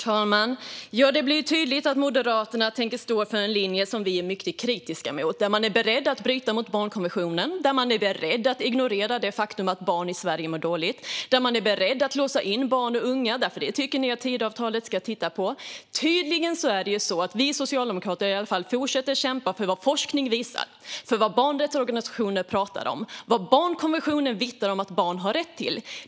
Herr talman! Det blir tydligt att Moderaterna tänker stå för en linje som vi är mycket kritiska mot - där man är beredd att bryta mot barnkonventionen, där man är beredd att ignorera det faktum att barn i Sverige mår dåligt och där man är beredd att låsa in barn och unga. Det tycker ni ju i Tidöavtalet att man ska titta på. Tydligt är också att i alla fall vi socialdemokrater fortsätter kämpa för vad forskning visar, för vad barnrättsorganisationer pratar om och för vad barnkonventionen säger att barn har rätt till.